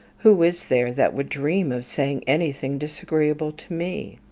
who is there that would dream of saying anything disagreeable to me?